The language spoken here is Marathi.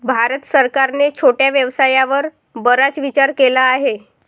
भारत सरकारने छोट्या व्यवसायावर बराच विचार केला आहे